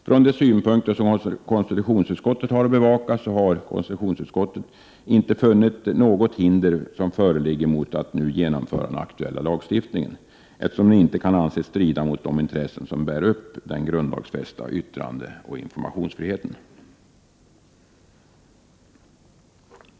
Från de synpunkter som konstitutionsutskottet har att bevaka i dessa frågor har konstitutionsutskottet inte funnit något hinder mot ett genomförande av den aktuella lagstiftningen, eftersom denna inte kan anses strida mot de intressen som bär upp den grundlagsfästa yttrandeoch informationsfriheten.